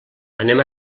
anem